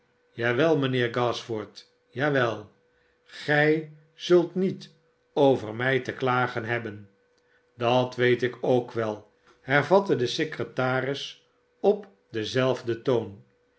wel mijnheer gashford ja wel gij zult niet over mij te klagen hebben dat weet ik k wel hervatte de secretaris op denzelfden toon